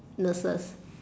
nurses